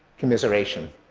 commiseration.